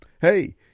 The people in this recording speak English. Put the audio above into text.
hey